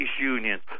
unions